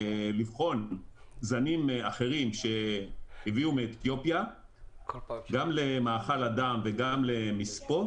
לבחון זנים אחרים שהביאו מאתיופיה גם למאכל אדם וגם למספוא,